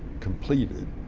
completed,